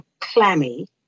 clammy